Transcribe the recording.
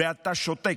ואתה שותק,